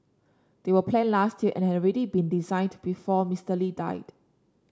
they were planned last year and had already been designed before Mister Lee died